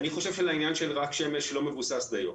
אני חושב שהעניין של רק שמש לא מבוסס דיו.